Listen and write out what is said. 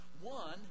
One